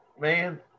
Man